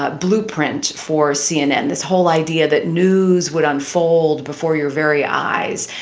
ah blueprint for cnn. this whole idea that news would unfold before your very eyes.